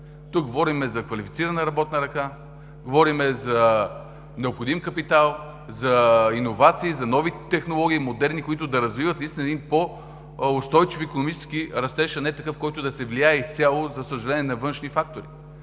Тук говорим за квалифицирана работна ръка, говорим за необходим капитал, за иновации, за нови модерни технологии, които да развиват наистина един по-устойчив икономически растеж, а не такъв, който да се влияе изцяло, за съжаление, от външни фактори.